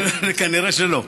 נראה שלא.